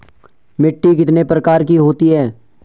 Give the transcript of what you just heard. मिट्टी कितने प्रकार की होती है?